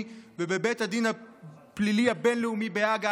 ובבית הדין הפלילי הבין-לאומי בהאג,